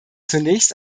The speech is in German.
zunächst